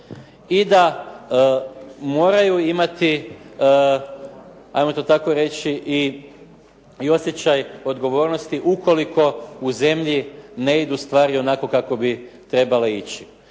i da moraju imati ajmo to tako reći i osjećaj odgovornosti ukoliko u zemlji ne idu stvari onako kako bi trebale ići.